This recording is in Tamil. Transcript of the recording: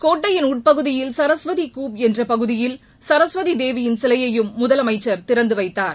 கோட்டையின் உட்பகுதியில் சரஸ்வதி கூப் என்ற பகுதியில் சரஸ்வதி தேவியின் சிலையையும் முதலமைச்சர் திறந்து வைத்தார்